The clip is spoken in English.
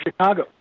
Chicago